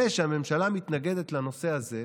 זה שהממשלה מתנגדת לנושא הזה,